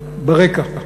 ברקע.